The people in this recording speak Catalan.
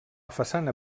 façana